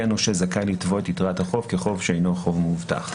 יהיה הנושה זכאי לתבוע את יתרת החיוב כחוב שאינו חוב מובטח.